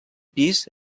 pis